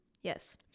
Yes